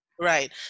Right